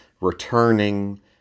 returning